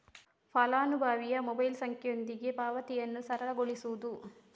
ಫಲಾನುಭವಿಯ ಮೊಬೈಲ್ ಸಂಖ್ಯೆಯೊಂದಿಗೆ ಪಾವತಿಯನ್ನು ಸರಳಗೊಳಿಸುವುದು